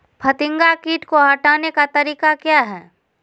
फतिंगा किट को हटाने का तरीका क्या है?